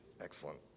Excellent